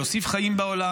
להוסיף חיים בעולם.